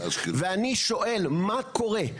ואני שואל מה קורה,